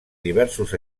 diversos